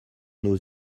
nos